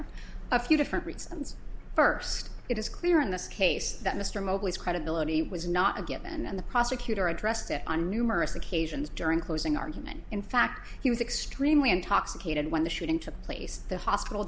honor a few different reasons first it is clear in this case that mr mobley's credibility was not a given and the prosecutor addressed it on numerous occasions during closing argument in fact he was extremely intoxicated when the shooting took place the hospital